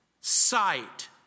sight